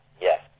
Yes